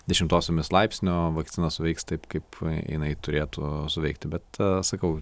dešimtosiomis laipsnio vakcina veiks taip kaip jinai turėtų suveikti bet sakau